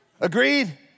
Agreed